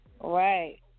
Right